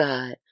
God